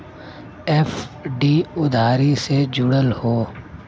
FD उधारी से जुड़ल हौ